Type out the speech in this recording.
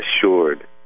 assured